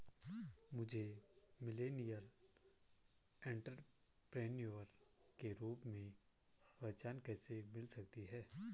मुझे millennial entrepreneur के रूप में पहचान कैसे मिल सकती है?